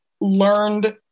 learned